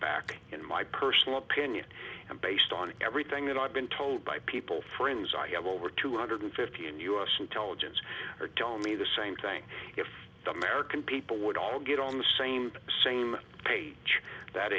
back in my personal opinion and based on everything that i've been told by people friends i have over two hundred fifty in u s intelligence or don't mean the same thing if the american people would all get on the same same page that